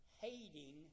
hating